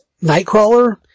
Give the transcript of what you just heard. Nightcrawler